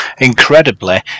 incredibly